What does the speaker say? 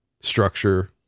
structure